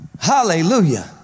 Hallelujah